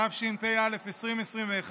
התשפ"א 2021,